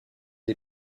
des